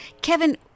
Kevin